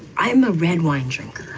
i'm a red wine drinker